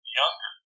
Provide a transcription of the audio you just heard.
younger